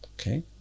Okay